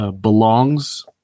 belongs